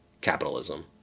capitalism